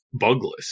bugless